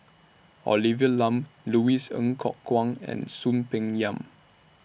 Olivia Lum Louis Ng Kok Kwang and Soon Peng Yam